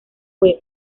fue